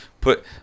put